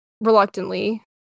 reluctantly